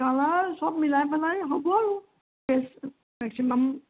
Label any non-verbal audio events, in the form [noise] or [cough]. colour চব মিলাই পেলাই হ'ব আৰু [unintelligible] মেক্সিমাম